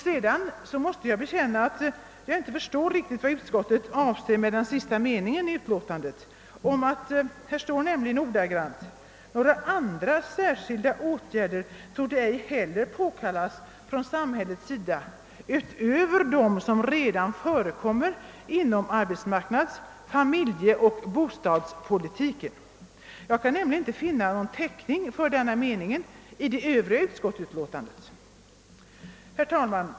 Sedan måste jag bekänna, att jag inte riktigt förstår vad utskottet avser med den sista meningen i utlåtandet, där det En omvärdering av kvinnans roll i samhället ordagrant står: »Några andra särskilda åtgärder torde ej heller påkallas från samhällets sida utöver dem som redan förekommer inom arbetsmarknads-, familjeoch bostadspolitiken.» Jag kan nämligen inte finna någon täckning för denna mening i det övriga utskottsutlåtandet. Herr talman!